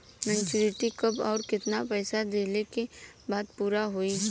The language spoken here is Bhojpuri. मेचूरिटि कब आउर केतना पईसा देहला के बाद पूरा होई?